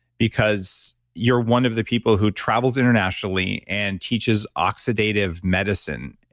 because you're one of the people who travels internationally and teaches oxidative medicine,